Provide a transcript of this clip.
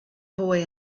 boy